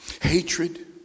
hatred